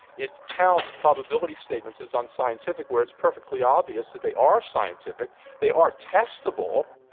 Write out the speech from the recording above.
it counts probability statements as unscientific, where it's perfectly obvious that they are scientific, they are testable,